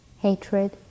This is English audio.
hatred